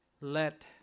let